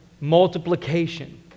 multiplication